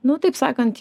nu taip sakant